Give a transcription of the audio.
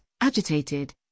agitated